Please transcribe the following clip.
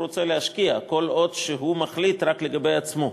רוצה להשקיע כל עוד הוא מחליט רק לגבי עצמו.